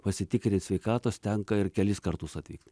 pasitikrint sveikatos tenka ir kelis kartus atvykt